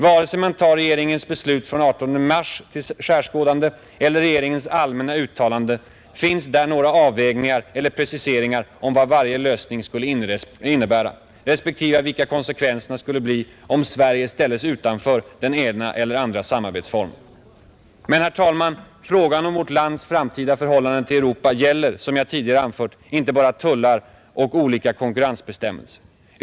Vare sig man tar regeringens beslut från den 18 mars till skärskådande eller regeringens allmänna uttalanden finns där inga avvägningar eller preciseringar om vad varje lösning skulle innebära respektive vilka konsekvenserna skulle bli om Sverige ställdes utanför den ena eller andra samarbetsformen. Men, herr talman, frågan om vårt lands framtida förhållande till Europa gäller, som jag tidigare anfört, inte bara tullar och olika konkurrensbestämmelser.